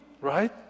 right